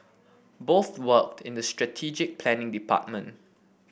both worked in the strategic planning department